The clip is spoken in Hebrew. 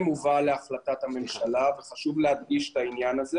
הובאה להחלטת הממשלה וחשוב להדגיש את העניין הזה